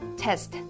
test